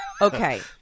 Okay